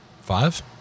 Five